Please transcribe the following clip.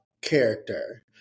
character